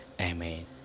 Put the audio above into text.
Amen